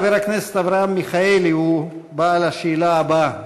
חבר הכנסת אברהם מיכאלי הוא בעל השאלה הבאה.